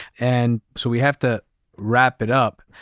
and so we have to wrap it up.